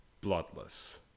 bloodless